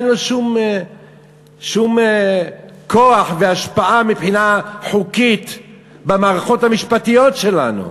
אין לו שום כוח והשפעה מבחינה חוקית במערכות המשפטיות שלנו.